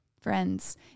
Friends